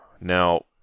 Now